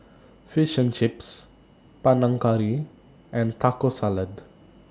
Fish and Chips Panang Curry and Taco Salad